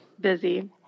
busy